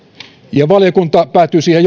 valiokunta päätyi siihen